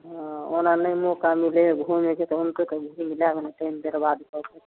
हाँ ओना नहि मौका मिलै हय घुमैके कहिनतो कनि घुमि जायब ने टाइम जकर बाद